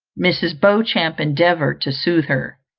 mrs. beauchamp endeavoured to sooth her.